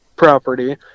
property